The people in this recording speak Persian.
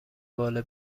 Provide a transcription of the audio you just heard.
باله